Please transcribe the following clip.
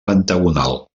pentagonal